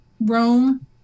Rome